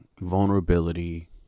vulnerability